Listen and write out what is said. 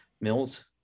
Mills